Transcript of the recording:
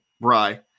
Bry